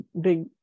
big